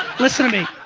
listen to me.